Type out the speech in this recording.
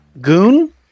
goon